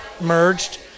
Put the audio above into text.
merged